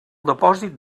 depòsit